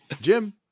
jim